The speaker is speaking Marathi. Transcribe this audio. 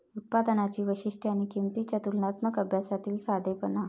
उत्पादनांची वैशिष्ट्ये आणि किंमतींच्या तुलनात्मक अभ्यासातील साधेपणा